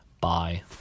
bye